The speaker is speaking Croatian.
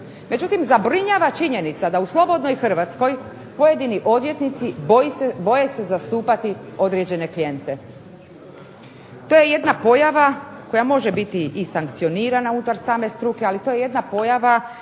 međutim zabrinjava činjenica da u slobodnoj Hrvatskoj pojedini odvjetnici boje se zastupati određene klijente. To je jedna pojava koja može biti i sankcionirana unutar same struke, ali to je jedna pojava